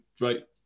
right